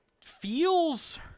feels